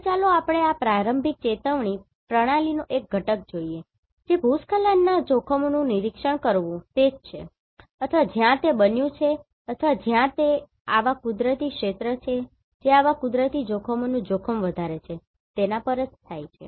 હવે ચાલો આપણે આ પ્રારંભિક ચેતવણી પ્રણાલીનો એક ઘટક જોઈએ જે ભૂસ્ખલનના જોખમનું નિરીક્ષણ કરવું તે જ છે અથવા જ્યાં તે બન્યું છે અથવા જ્યાં તે એવા કુદરતી ક્ષેત્રો છે જે આવા કુદરતી જોખમોનું જોખમ વધારે છે તેના પર જ થાય છે